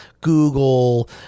google